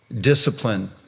discipline